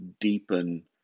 deepen